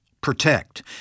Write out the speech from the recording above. protect